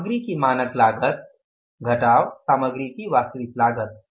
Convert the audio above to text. सामग्री की मानक लागत - सामग्री की वास्तविक लागत